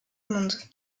monde